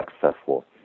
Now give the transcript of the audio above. successful